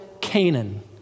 Canaan